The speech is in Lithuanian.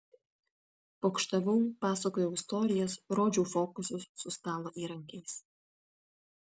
pokštavau pasakojau istorijas rodžiau fokusus su stalo įrankiais